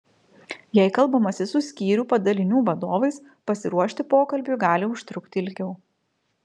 jei kalbamasi su skyrių padalinių vadovais pasiruošti pokalbiui gali užtrukti ilgiau